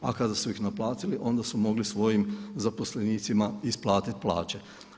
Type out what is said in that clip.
A kada su ih naplatili onda su mogli svojim zaposlenicima isplatiti plaće.